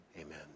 Amen